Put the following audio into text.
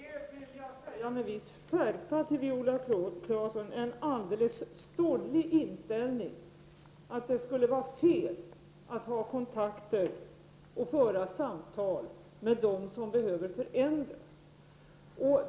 Herr talman! Jag vill med en viss skärpa säga till Viola Claesson att det är en alldeles stollig inställning, att det skulle vara fel att ha kontakter och föra samtal med dem som behöver förändras.